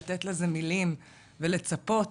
לתת לזה מילים ולצפות